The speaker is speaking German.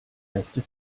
erste